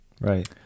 Right